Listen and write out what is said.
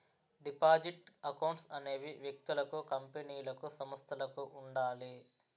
deposit accounts అనేవి వ్యక్తులకు కంపెనీలకు సంస్థలకు ఉండాలి